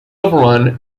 overrun